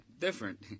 different